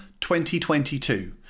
2022